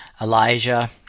Elijah